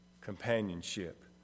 companionship